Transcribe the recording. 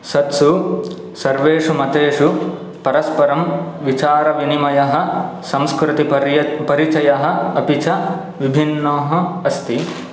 सत्सु सर्वेषु मतेषु परस्परं विचारविनिमयः संस्कृतिपर्य परिचयः अपि च विभिन्नाः अस्ति